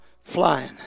flying